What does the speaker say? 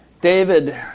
David